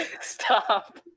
Stop